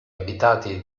abitati